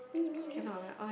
me me me